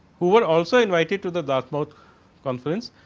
who are also in mighty to the dartmouth conference.